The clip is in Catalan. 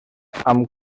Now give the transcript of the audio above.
amb